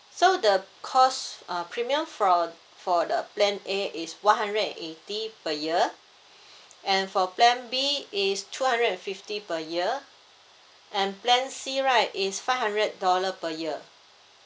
so the cost uh premium for for the plan A is one hundred and eighty per year and for plan B is two hundred and fifty per year and plan C right is five hundred dollar per year